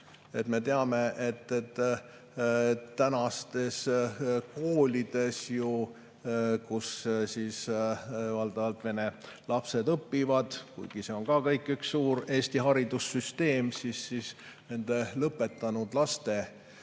Me teame, et tänastes koolides, kus valdavalt vene lapsed õpivad, kuigi see on kõik üks suur Eesti haridussüsteem, on nii, et kooli lõpetanud laste